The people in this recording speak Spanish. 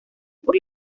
por